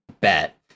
bet